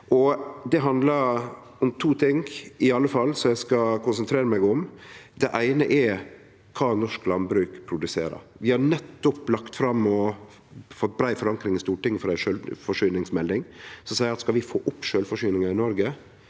Det handlar om to ting i alle fall, som eg skal konsentrere meg om. Det eine er kva norsk landbruk produserer. Det er nettopp lagt fram og fått brei forankring i Stortinget for ei sjølvforsyningsmelding som seier at skal vi få opp sjølvforsyninga i Noreg,